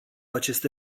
aceste